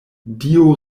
dio